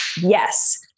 yes